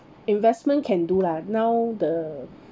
investment can do lah now the